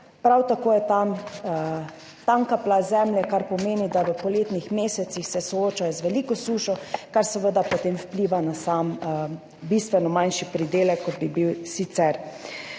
Prav tako je tam tanka plast zemlje, kar pomeni, da se v poletnih mesecih soočajo z veliko sušo, kar seveda potem vpliva na bistveno manjši pridelek, kot bi bil sicer.